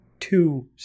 Two